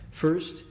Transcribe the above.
First